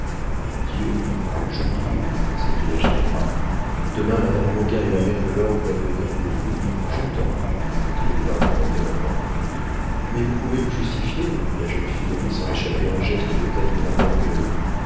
dieu j'oubliais s'écria ginevra demain madame roguin et la mère de laure doivent venir vous j'entends dit le peintre en interrompant mais vous pouvez vous justifier reprit la jeune fille en laissant échapper un geste de tête plein d'orgueil